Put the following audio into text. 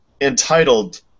entitled